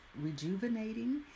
rejuvenating